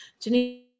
Janine